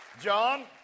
John